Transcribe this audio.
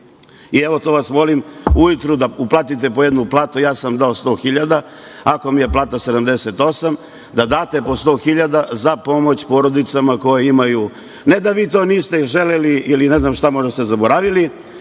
i evo to vas molim, ujutru da uplatite po jednu platu, ja sam dao 100.00, iako mi je plata 78.000, da date po 100.000 za pomoć porodicama koje imaju. Ne da vi to niste želeli ili ne znam šta, možda ste zaboravili,